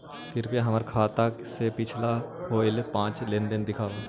कृपा हमर खाता से होईल पिछला पाँच लेनदेन दिखाव